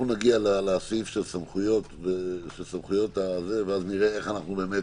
נגיע לסעיף על סמכויות מנהל ההסדר ואז נראה איך אנחנו מתקדמים.